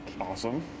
awesome